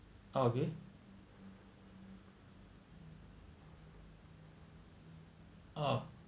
oh okay uh